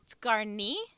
Garni